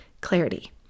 clarity